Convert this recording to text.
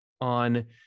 on